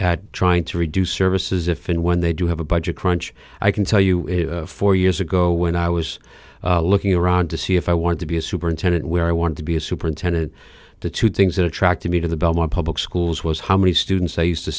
at trying to reduce services if and when they do have a budget crunch i can tell you four years ago when i was looking around to see if i want to be a superintendent where i want to be a superintendent the two things that attracted me to the belmont public schools was how many students i used to